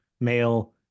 male